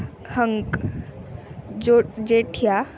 हङ्क् जो जेठ्या